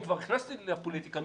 ואם כבר נכנסתי לפוליטיקה,